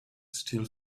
still